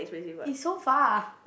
it's so far